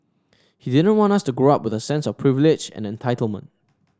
he didn't want us to grow up with a sense of privilege and entitlement